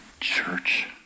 church